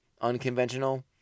unconventional